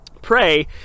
pray